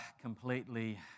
completely